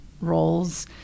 roles